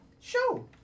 show